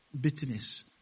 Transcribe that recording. bitterness